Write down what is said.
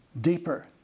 deeper